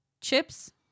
chips